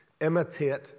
Imitate